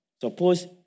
suppose